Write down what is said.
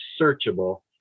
searchable